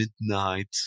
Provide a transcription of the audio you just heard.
Midnight